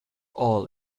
all